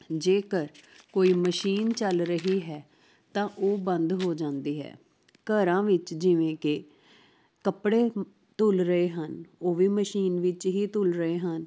ਜੇਕਰ ਕੋਈ ਮਸ਼ੀਨ ਚੱਲ ਰਹੀ ਹੈ ਤਾਂ ਉਹ ਬੰਦ ਹੋ ਜਾਂਦੀ ਹੈ ਘਰਾਂ ਵਿੱਚ ਜਿਵੇਂ ਕਿ ਕੱਪੜੇ ਧੁੱਲ ਰਹੇ ਹਨ ਉਹ ਵੀ ਮਸ਼ੀਨ ਵਿੱਚ ਹੀ ਧੁੱਲ ਰਹੇ ਹਨ